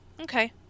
Okay